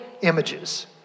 images